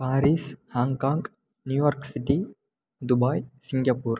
Paris Hong Kong New York city Dubai Singapore